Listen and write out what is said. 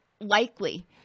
likely